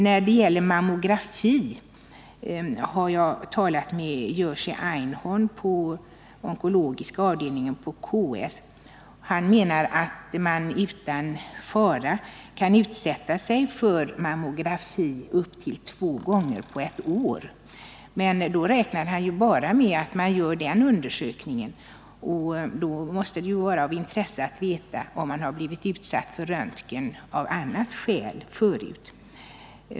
När det gäller mammografi har jag talat med Jerzy Einhorn på onkologiska avdelningen på Karolinska sjukhuset. Han menar att man utan fara kan gå igenom mammografiundersökning två gånger på ett år. Men då räknar han med att man bara gör den undersökningen. Det måste alltså vara av intresse att veta om patienten tidigare blivit utsatt för röntgen av annat skäl.